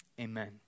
Amen